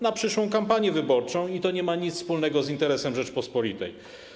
Na przyszłą kampanię wyborczą i to nie ma nic wspólnego z interesem Rzeczypospolitej.